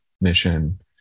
mission